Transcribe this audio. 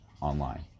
online